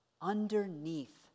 underneath